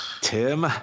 Tim